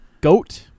Goat